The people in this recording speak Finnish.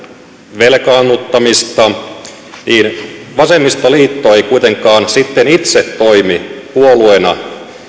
velkaannuttamista niin vasemmistoliitto ei kuitenkaan sitten itse toimi puolueena